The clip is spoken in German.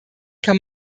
kann